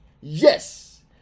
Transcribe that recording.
Yes